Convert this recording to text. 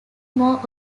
more